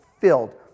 filled